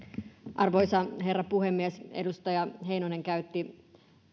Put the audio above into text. arvoisa herra puhemies edustaja heinonen käytti